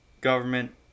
government